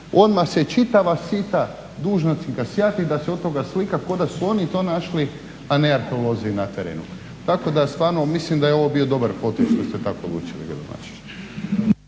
odmah se čitava svita dužnosnika sjati da se oko toga slika kao da su oni to našli, a ne arheolozi na terenu. Tako da stvarno mislim da je ovo bio dobar potez što ste tako odlučili gradonačelniče.